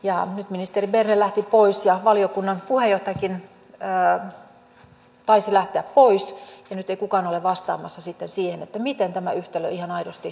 nyt ministeri berner lähti pois ja valiokunnan puheenjohtajakin taisi lähteä pois ja nyt ei kukaan ole vastaamassa sitten siihen miten tämä yhtälö ihan aidosti toteutetaan